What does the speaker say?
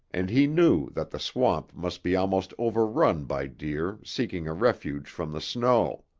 and he knew that the swamp must be almost overrun by deer seeking a refuge from the snow.